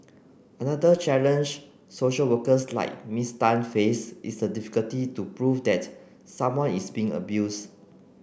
another challenge social workers like Miss Tan face is the difficulty to prove that someone is being abused